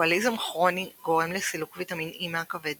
אלכוהוליזם כרוני גורם לסילוק ויטמין E מהכבד